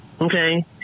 Okay